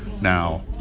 Now